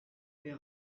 les